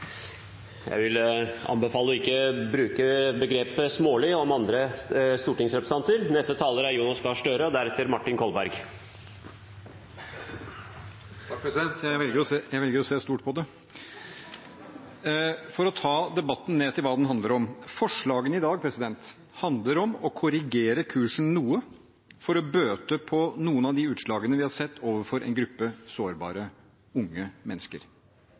vil anbefale ikke å bruke begrepet «smålig» om andre stortingsrepresentanter. Takk, president, jeg velger å se stort på det. For å ta debatten ned til hva den handler om: Forslagene i dag handler om å korrigere kursen noe for å bøte på noen av de utslagene vi har sett overfor en gruppe sårbare unge mennesker